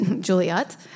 Juliet